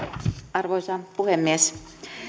arvoisa puhemies